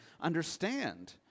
understand